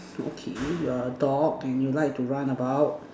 okay you're dog and you like to run about